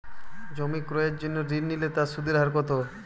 জমি ক্রয়ের জন্য ঋণ নিলে তার সুদের হার কতো?